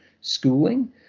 schooling